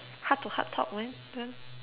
heart to heart talk man this one